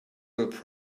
will